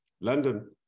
London